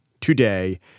today